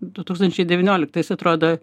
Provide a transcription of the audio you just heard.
du tūkstančiai devynioliktais atrodo